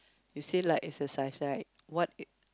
you say like exercise right what